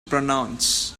pronounce